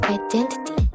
identity